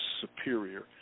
superior